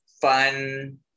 fun